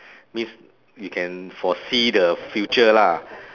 means you can foresee the future lah